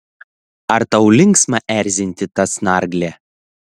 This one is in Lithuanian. ar tau linksma erzinti tą snarglę